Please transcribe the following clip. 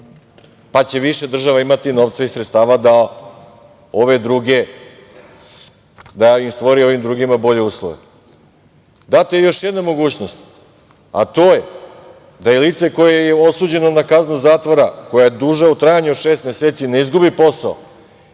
pa će više država imati novca i sredstava da stvori i ovima drugima bolje uslove. Data je još jedna mogućnost, a to je da lice koje je osuđeno na kaznu zatvora koja je duža u trajanju od šest meseci, ne izgubi posao,